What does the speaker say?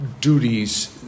duties